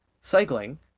cycling